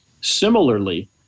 Similarly